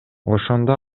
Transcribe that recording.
ошондо